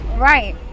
Right